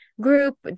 group